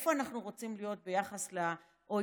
איפה אנחנו רוצים להיות ביחס ל-OECD.